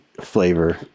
flavor